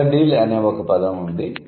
square deal అనే ఒక పదం ఉంది